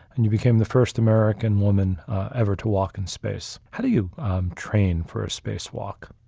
and you became the first american woman ever to walk in space. how do you train for spacewalk?